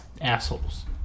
Assholes